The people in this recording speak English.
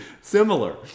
similar